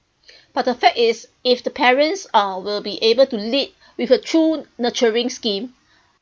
but the fact is if the parents uh will be able to lead with a true nurturing scheme